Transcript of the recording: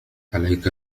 عليك